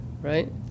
right